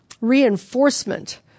reinforcement